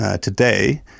today